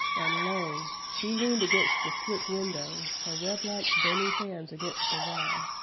and lo she leaned against the slit-window her web-like, bony hands against the wall,